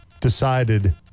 decided